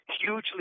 Hugely